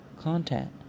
content